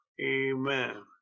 Amen